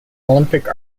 olympic